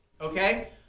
Okay